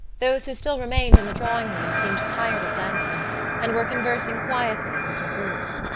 those who still remained in the drawing-room seemed tired of dancing and were conversing quietly in little groups.